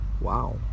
Wow